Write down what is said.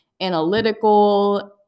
analytical